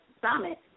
summit